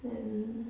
then